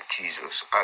Jesus